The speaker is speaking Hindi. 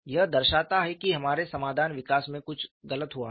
यह दर्शाता है कि हमारे समाधान विकास में कुछ गलत हुआ है